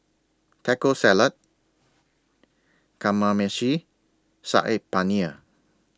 Taco Salad Kamameshi Saag Paneer